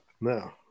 no